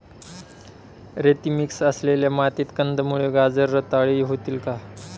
रेती मिक्स असलेल्या मातीत कंदमुळे, गाजर रताळी होतील का?